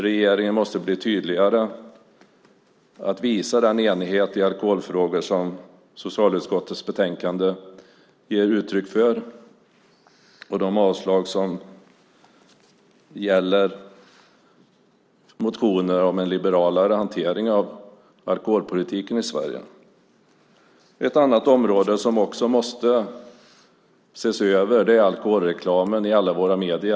Regeringen måste bli tydligare med att visa den enighet i alkoholfrågor som socialutskottets betänkande ger uttryck för genom att de motioner som föreslår en liberalare hantering av alkoholpolitiken i Sverige avstyrks. Ett annat område som också måste ses över är alkoholreklamen i alla våra medier.